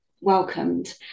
welcomed